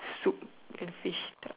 soup and fish the